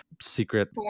secret